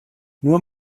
nur